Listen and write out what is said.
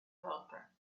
helper